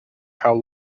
how